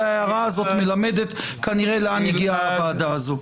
ההערה הזאת מלמדת כנראה לאן הגיעה הוועדה הזאת.